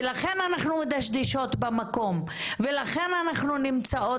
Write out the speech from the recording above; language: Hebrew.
ולכן אנחנו מדשדשות במקום ולכן אנחנו נמצאות